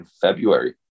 February